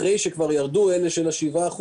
אחרי שכבר ירדו אלה מה-7%,